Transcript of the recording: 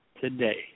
today